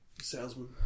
Salesman